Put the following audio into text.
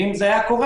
ואם זה היה קורה,